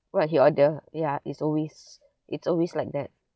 what he order ya it's always it's always like that